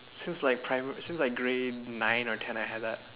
since like primary since like grade nine or ten I had that